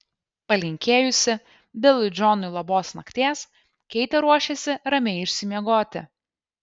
palinkėjusi bilui džonui labos nakties keitė ruošėsi ramiai išsimiegoti